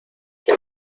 que